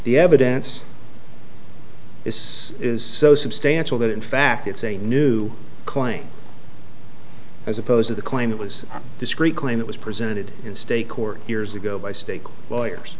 the evidence is is so substantial that in fact it's a new claim as opposed to the claim that was discrete claim it was presented in state court years ago by state lawyers